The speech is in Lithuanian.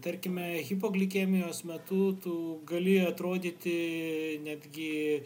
tarkime hipoglikemijos metu tu gali atrodyti netgi